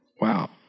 Wow